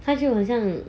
他就很像